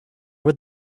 with